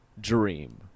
dream